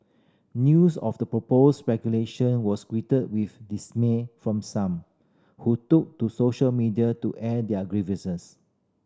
news of the proposed regulation was greeted with dismay from some who took to social media to air their grievances